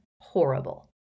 horrible